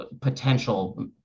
potential